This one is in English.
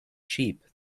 cheap